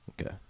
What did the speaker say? Okay